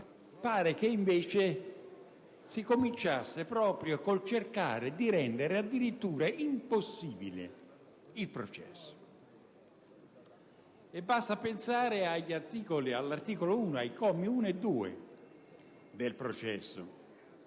pare che invece si cominciasse proprio con il cercare di rendere addirittura impossibile il processo. Basti pensare all'articolo 1, commi 1 e 2, del disegno